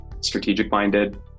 strategic-minded